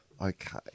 Okay